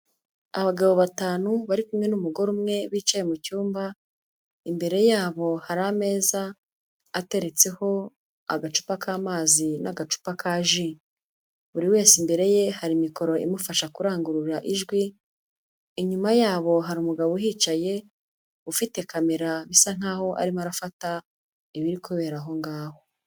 Abagabo batanu bari kumwe n'umugore umwe bicaye mu cyumba, imbere yabo hari ameza ateretseho, agacupa, k'amazi n'agacupa kaji, buri wese imbere ye hari mikoro imufasha kurangurura ijwi, inyuma yabo hari umugabo uhicaye ufite kamera bisa nkaho arimo arafata ibiri kubera aho ngaho.